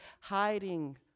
hiding